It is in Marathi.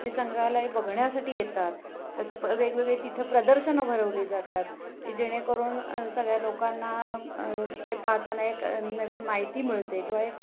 हे संग्रहालय बघण्यासाठी येतात त्याचं प वेगवेगळे तिथं प्रदर्शनं भरवली जातात की जेणेकरून सगळ्या लोकांना ते पाहताना एक नवीन माहिती मिळते किंवा हे